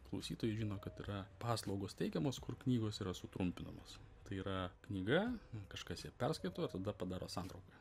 klausytojai žino kad yra paslaugos teikiamos kur knygos yra sutrumpinamos tai yra knyga kažkas ją perskaito tada padaro santrauką